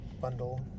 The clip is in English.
bundle